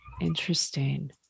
Interesting